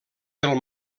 del